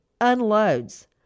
unloads